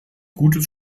gutes